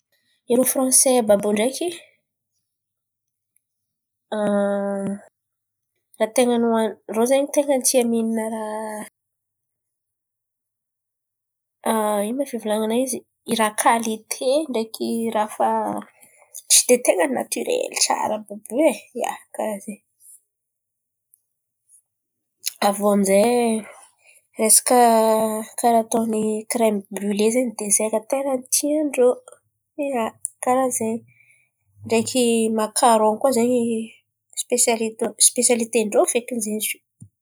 Irô Franse aba bio ndreky raha ten̈a hoany, irô zen̈y ten̈a tia mihin̈a raha. Inona fivolan̈ana izy? Raha kalite ndreky raha fa tsy de ten̈a natirely tsara kokoa e, ia, karà zen̈y. Avô amy izay resaka karà tôny kiremo briole zen̈y desera ten̈a ndrô. Ia, karà izen̈y. Ndreky makaron koa zen̈y sipesialite sipesialite ndrô feky zen̈y izo.